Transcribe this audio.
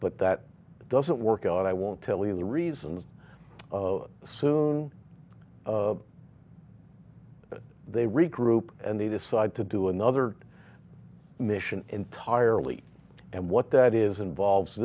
but that doesn't work out i won't tell you the reasons soon but they regroup and they decide to do another mission entirely and what that is involve